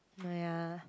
ya